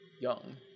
young